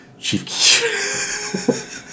Chief